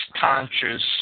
conscious